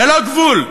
ללא גבול,